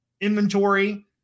inventory